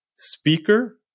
speaker